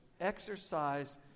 exercise